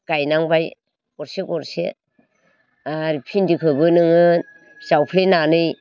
गायनांबाय गरसे गरसे आरो भिन्दिखौबो नोङो जावफ्लेनानै